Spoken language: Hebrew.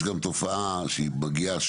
יש גם תופעה שהיא מגיעה,